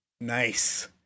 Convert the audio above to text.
Nice